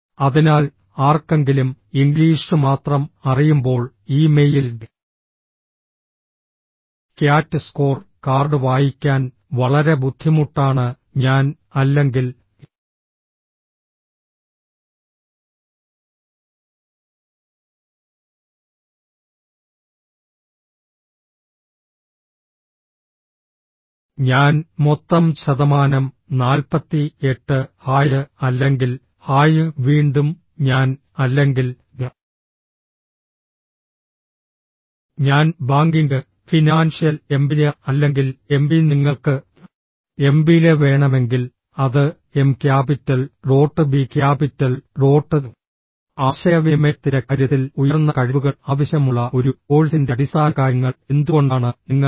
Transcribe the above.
അതിനാൽ ആർക്കെങ്കിലും ഇംഗ്ലീഷ് മാത്രം അറിയുമ്പോൾ ഈ മെയിൽ ക്യാറ്റ് സ്കോർ കാർഡ് വായിക്കാൻ വളരെ ബുദ്ധിമുട്ടാണ് ഞാൻ അല്ലെങ്കിൽ ഞാൻ മൊത്തം ശതമാനം 48 ഹായ് അല്ലെങ്കിൽ ഹായ് വീണ്ടും ഞാൻ അല്ലെങ്കിൽ ഞാൻ ബാങ്കിംഗ് ഫിനാൻഷ്യൽ എംബിഎ അല്ലെങ്കിൽ എംബി നിങ്ങൾക്ക് എംബിഎ വേണമെങ്കിൽ അത് M capital dot B capital dot ആശയവിനിമയത്തിന്റെ കാര്യത്തിൽ ഉയർന്ന കഴിവുകൾ ആവശ്യമുള്ള ഒരു കോഴ്സിന്റെ അടിസ്ഥാനകാര്യങ്ങൾ എന്തുകൊണ്ടാണ് നിങ്ങൾ എം